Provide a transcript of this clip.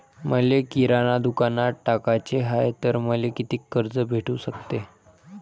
मले किराणा दुकानात टाकाचे हाय तर मले कितीक कर्ज भेटू सकते?